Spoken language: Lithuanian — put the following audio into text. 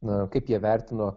na kaip jie vertino